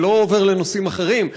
אני לא עובר לנושאים אחרים.